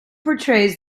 portrays